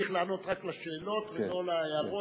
צריך לענות רק על שאלות ולא על הערות.